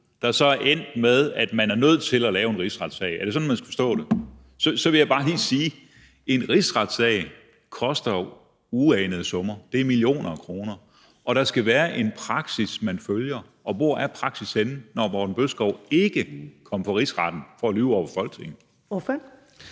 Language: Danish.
der så er endt med, at man er nødt til at lave en rigsretssag. Er det sådan, man skal forstå det? Så vil jeg bare lige sige: En rigsretssag koster jo uanede summer; det er millioner af kroner. Og der skal være en praksis, man følger, men hvor er praksis henne, når Morten Bødskov ikke kom for Rigsretten for at lyve over for Folketinget?